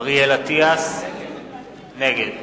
אריאל אטיאס, נגד